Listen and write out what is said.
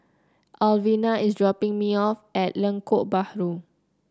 Alvena is dropping me off at Lengkok Bahru